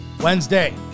Wednesday